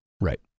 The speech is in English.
Right